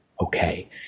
Okay